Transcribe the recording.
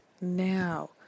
now